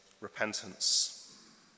repentance